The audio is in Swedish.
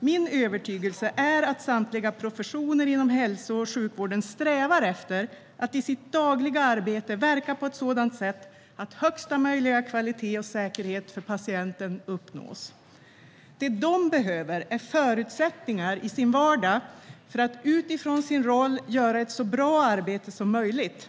Min övertygelse är att samtliga professioner inom hälso och sjukvården strävar efter att i sitt dagliga arbete verka på ett sådant sätt att högsta möjliga kvalitet och säkerhet för patienten uppnås. Vad de behöver är förutsättningar i sin vardag för att utifrån sin roll göra ett så bra arbete som möjligt.